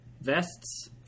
vests